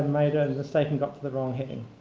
made ah a and mistake and got to the wrong heading.